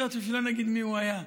יותר טוב שלא נגיד מי הוא היה,